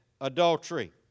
Adultery